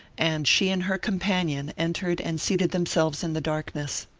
and she and her companion entered and seated themselves in the darkness.